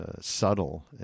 subtle